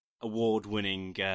award-winning